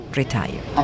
retire